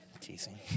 Teasing